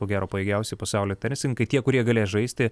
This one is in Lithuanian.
ko gero pajėgiausi pasaulio tenisininkai tie kurie galės žaisti